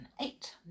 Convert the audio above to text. eight